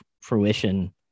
fruition